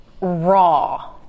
raw